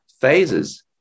phases